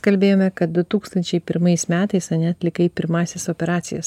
kalbėjome kad du tūkstančiai pirmais ane metais atlikai pirmąsias operacijas